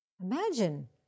Imagine